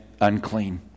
unclean